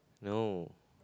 no